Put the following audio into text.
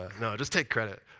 you know just take credit.